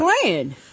playing